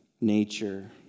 nature